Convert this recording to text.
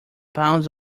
pounds